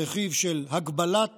הרכיב של הגבלת